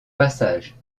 passage